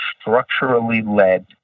structurally-led